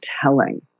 telling